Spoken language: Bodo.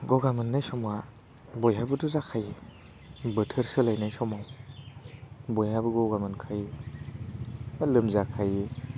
गगा मोननाय समा बयहाबोथ' जाखायो बोथोर सोलायनाय समाव बयहाबो गगा मोनखायो बा लोमजाखायो